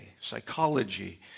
psychology